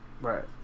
Right